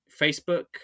Facebook